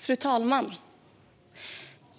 Fru talman!